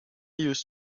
used